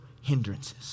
hindrances